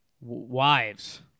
Wives